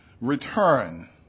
return